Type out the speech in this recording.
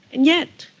and yet,